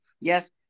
Yes